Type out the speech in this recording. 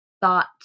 thought